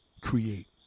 create